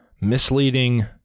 misleading